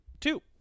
two